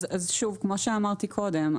כמו שאמרתי קודם,